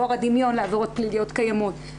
לאור הדמיון לעבירות פליליות קיימות,